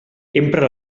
empra